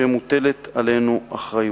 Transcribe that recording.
שמוטלת עלינו אחריות,